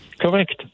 Correct